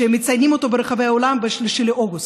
שמציינים אותו ברחבי העולם ב-3 באוגוסט,